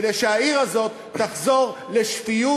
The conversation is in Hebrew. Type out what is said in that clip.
כדי שהעיר הזאת תחזור לשפיות,